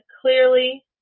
clearly